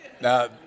Now